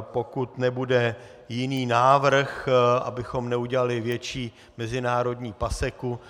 Pokud nebude jiný návrh, abychom neudělali větší mezinárodní paseku,